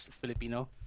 Filipino